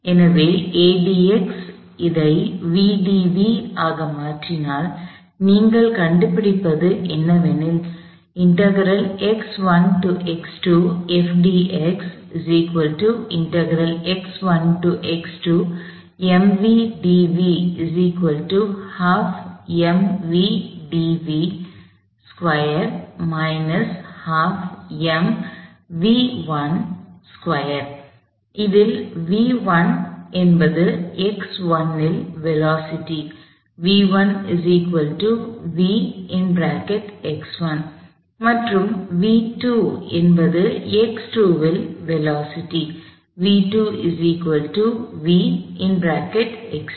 எனவே இதை ஆக மாற்றினால் நீங்கள் கண்டுபிடிப்பது என்னவெனில் இதில் என்பது ல் வேலோஸிட்டி மற்றும் என்பது ல் வேலோஸிட்டி